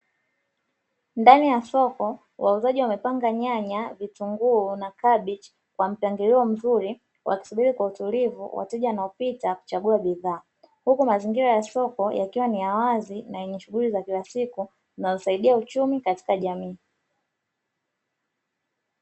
Ndani ya soko wauzaji wamepanga nyanya, vitunguu, na kabichi kwa mpangilio mzuri wanasubiri kwa utulivu wateja wanaopita kuchagua bidhaa. Huku mazingira ya soko yakiwa ni ya wazi na shughuli za kila siku na husaidia uchumi katika jamii.